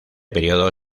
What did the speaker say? período